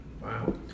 Wow